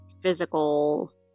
physical